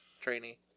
trainee